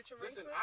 Listen